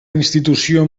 institució